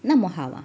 那么好啊